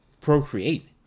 procreate